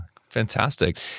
Fantastic